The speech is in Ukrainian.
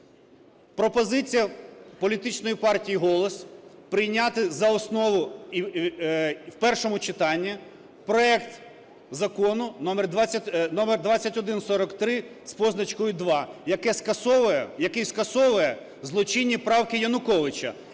Пропозиція політичної партії "Голос" - прийняти за основу і в першому читанні проект закону номер 2143 з позначкою 2, який скасовує злочинні правки Януковича